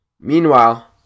Meanwhile